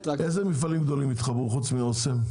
איזה מפעלים גדולים התחברו חוץ מאוסם?